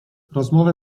rozmowę